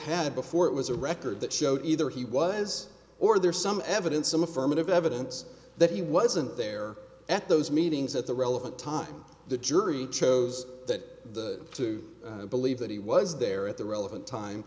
had before it was a record that showed either he was or there's some evidence some affirmative evidence that he wasn't there at those meetings at the relevant time the jury chose that to believe that he was there at the relevant time